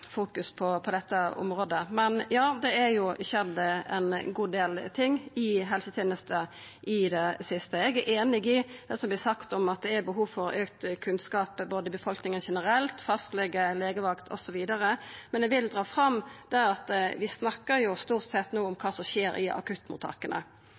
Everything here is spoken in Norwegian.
på dette området. Ja, det har skjedd ein god del ting i helsetenesta i det siste. Eg er einig i det som vert sagt om at det er behov for auka kunnskap både i befolkninga generelt, hos fastlegar og legevakt osv., men eg vil dra fram at vi no snakkar stort sett om